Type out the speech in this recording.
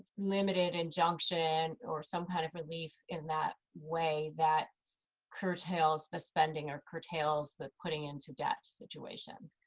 limited injunction or some kind of relief in that way that curtails the spending or curtails the putting into debt situation.